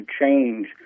change